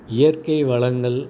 இயற்கை வளங்கள்